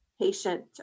patient